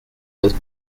was